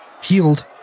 healed